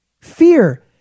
Fear